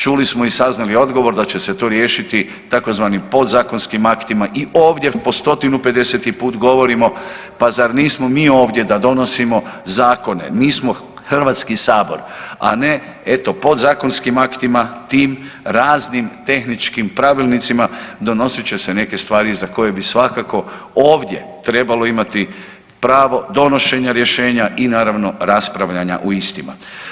Čuli smo i saznali odgovor da će se to riješiti tzv. podzakonskim aktima i ovdje po 150 put govorimo pa zar nismo mi ovdje da donosimo zakone, mi smo Hrvatski sabor, a ne eto podzakonskim aktima tim raznim tehničkim pravilnicima donosit će se neke stvari za koje bi svakako ovdje trebalo imati pravo donošenja rješenja i naravno raspravljanja o istima.